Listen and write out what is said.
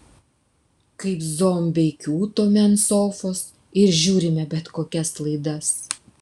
kaip zombiai kiūtome ant sofos ir žiūrime bet kokias laidas